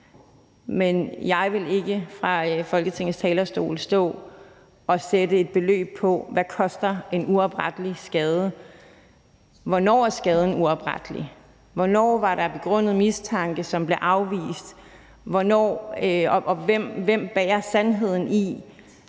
Men jeg vil ikke fra Folketingets talerstol stå og sætte et beløb på, hvad en uoprettelig skade koster. Hvornår er skaden uoprettelig? Hvornår var der begrundet mistanke, som blev afvist? Og hvem bærer sandheden i